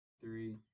three